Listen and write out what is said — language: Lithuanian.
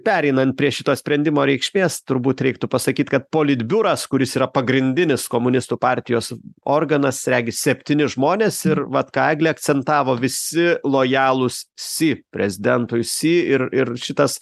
pereinan prie šito sprendimo reikšmės turbūt reiktų pasakyt kad politbiuras kuris yra pagrindinis komunistų partijos organas regis septyni žmonės ir vat ką eglė akcentavo visi lojalūs si prezidentui si ir ir šitas